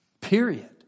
Period